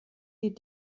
die